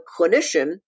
clinician